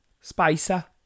Spicer